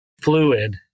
fluid